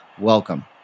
Welcome